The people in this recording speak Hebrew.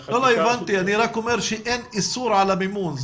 הבנתי, אני רק אומר שאין איסור על המימון.